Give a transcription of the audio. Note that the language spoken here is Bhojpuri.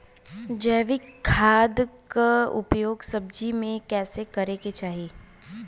जैविक खाद क उपयोग सब्जी में कैसे करे के चाही?